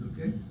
okay